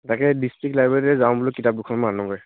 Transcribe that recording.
তাকে ডিষ্ট্ৰিক্ট লাইবেৰীলৈ যাওঁ বোলো কিতাপ দুখনমান আনোগৈ